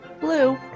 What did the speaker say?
Blue